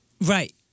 Right